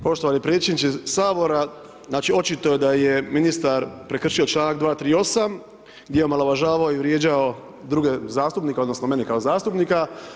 Poštovani predsjedniče HS, znači očito je da je ministar prekršio čl. 238. gdje je omaložavao i vrijeđao druge zastupnike odnosno mene kao zastupnika.